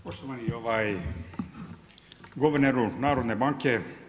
Poštovani guverneru Narodne banke.